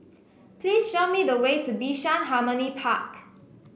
please show me the way to Bishan Harmony Park